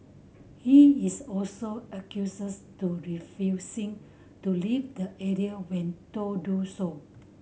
he is also accuses to refusing to leave the area when told do so